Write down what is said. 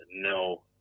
no